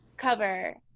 cover